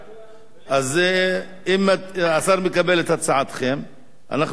אז אם השר מקבל את הצעתכם, אנחנו הולכים למליאה.